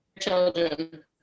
children